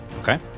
okay